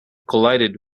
collided